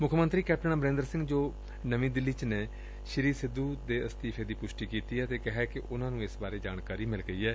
ਮੁੱਖ ਮੰਤਰੀ ਕੈਪਟਨ ਅਮਰੰਦਰ ਸੰਘ ਜੋ ਨਵੀਂ ਦਿੱਲੀ ਚ ਨੇ ਸ੍ਰੀ ਸਿੱਧੂ ਦੇ ਅਸਤੀਫੇ ਦੀ ਪੁਸ਼ਟੀ ਕੀਤੀ ਏ ਅਤੇ ਕਿਹੈ ਕਿ ਉਨੂਾ ਨੂੰ ਇਸ ਬਾਰੇ ਜਾਣਕਾਰੀ ਮਿਲ ਗਈ ਏ